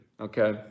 okay